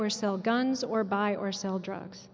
or sell guns or buy or sell drugs